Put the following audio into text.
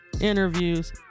interviews